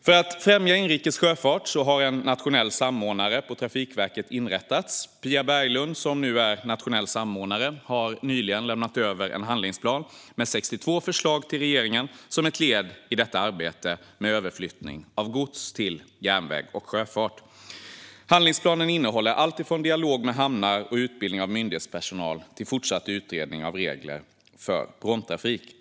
För att främja inrikes sjöfart har en nationell samordnare på Trafikverket inrättats. Pia Berglund, som nu är nationell samordnare, har nyligen lämnat över en handlingsplan med 62 förslag till regeringen som ett led i arbetet med överflyttning av gods till järnväg och sjöfart. Handlingsplanen innehåller alltifrån dialog med hamnar och utbildning av myndighetspersonal till fortsatt utredning av regler för pråmtrafik.